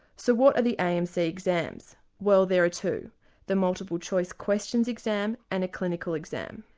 so what are the amc exams? well there are two the multiple choice questions exam and a clinical exam.